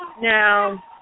Now